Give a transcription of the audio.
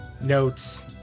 notes